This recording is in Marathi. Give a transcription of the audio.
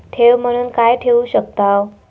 ठेव म्हणून काय ठेवू शकताव?